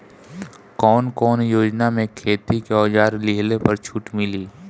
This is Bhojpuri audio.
कवन कवन योजना मै खेती के औजार लिहले पर छुट मिली?